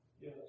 Yes